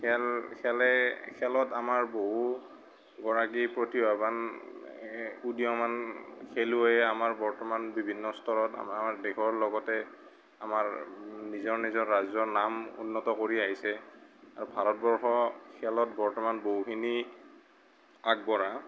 খেল খেলে খেলত আমাৰ বহু গৰাকী প্ৰতিভাৱান উদিয়মান খেলুৱৈ আমাৰ বৰ্তমান বিভিন্ন স্তৰত আমাৰ দেশৰ লগতে আমাৰ নিজৰ নিজৰ ৰাজ্যৰ নাম উন্নত কৰি আহিছে আৰু ভাৰতবৰ্ষ খেলত বৰ্তমান বহুখিনি আগবঢ়া